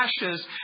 ashes